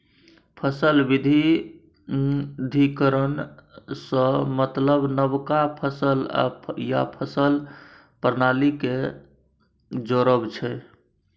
फसल बिबिधीकरण सँ मतलब नबका फसल या फसल प्रणाली केँ जोरब छै